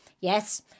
Yes